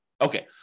Okay